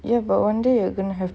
ya but wonder you're gonna have